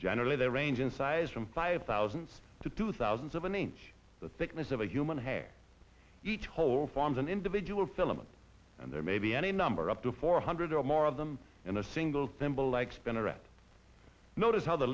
generally they range in size from five thousands to two thousands of an inch the thickness of a human hair each hole forms an individual filament and there may be any number up to four hundred or more of them and a single symbol like spin to read notice how the